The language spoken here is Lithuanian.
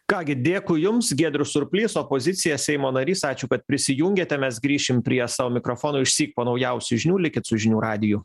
ką gi dėkui jums giedrius surplys opozicija seimo narys ačiū kad prisijungėte mes grįšim prie savo mikrofonų išsyk po naujausių žinių likit su žinių radiju